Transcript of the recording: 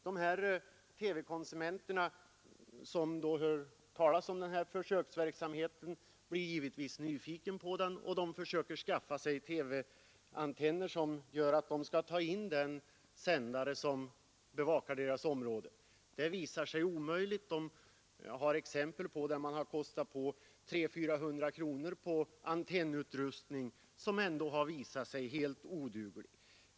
De TV-konsumenter som hör talas om den här försöksverksamheten blir givetvis nyfikna på den och fi er skaffa TV-antenner som skall göra det möjligt att ta in den sändare som beva deras område. Det visar sig emellertid vara omöjligt. Det finns exempel på att man har lagt ut 300-400 kronor för antennutrustning som ändå har visat sig helt oduglig.